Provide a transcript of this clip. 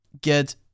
get